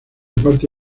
parte